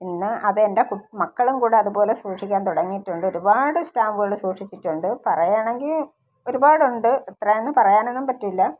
പിന്നെ അത് എൻ്റെ മക്കളും കൂടി അതുപോലെ സൂക്ഷിക്കാൻ തുടങ്ങിയിട്ടുണ്ട് ഒരുപാട് സ്റ്റാമ്പുകൾ സൂക്ഷിച്ചിട്ടുണ്ട് പറയുകയാണെങ്കിൽ ഒരുപാട് ഉണ്ട് എത്രയാണെന്ന് പറയാനൊന്നും പറ്റില്ല